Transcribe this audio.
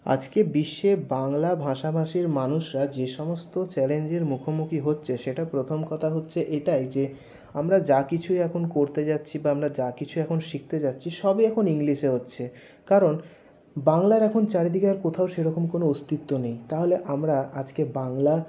আজকে বিশ্বে বাংলা ভাষাভাষীর মানুষরা যে সমস্ত চ্যালেঞ্জের মুখোমুখি হচ্ছে সেটা প্রথম কথা হচ্ছে এটাই যে আমরা যা কিছুই এখন করতে যাচ্ছি বা আমরা যা কিছু এখন শিখতে যাচ্ছি সবই এখন ইংলিশে হচ্ছে কারণ বাংলার এখন চারিদিকে আর কোথাও সেরকম কোনো অস্তিত্ব নেই তাহলে আমরা আজকে বাংলা